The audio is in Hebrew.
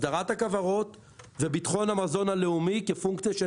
הסדרת הכוורות וביטחון המזון הלאומי כפונקציה של